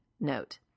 Note